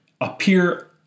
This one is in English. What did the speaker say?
appear